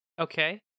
Okay